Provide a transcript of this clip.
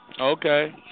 Okay